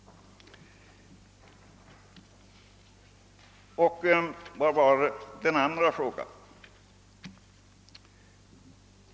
Vilken var den andra frågan?